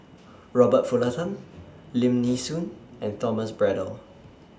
Robert Lim Nee Soon and Thomas Braddell